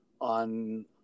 on